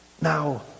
Now